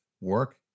work